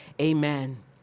Amen